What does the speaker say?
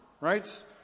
right